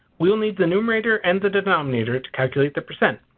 we will need the enumerator and the denominator to calculate the percent.